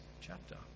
chapter